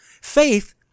Faith